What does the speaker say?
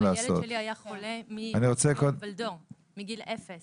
הילד שלי היה חולה מגיל אפס